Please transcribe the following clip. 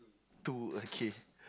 two okay